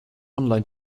online